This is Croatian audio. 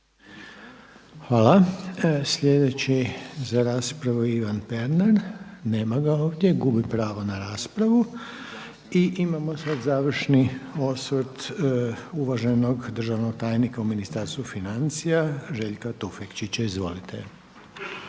Hvala. Sljedeći za raspravu je Ivan Pernar. Nema ga, gubi pravo na raspravu. I imamo sada završni osvrt uvaženog državnog tajnika u Ministarstvu financija Željka Tufekčića. Izvolite.